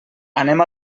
anem